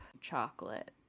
chocolate